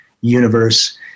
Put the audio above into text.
universe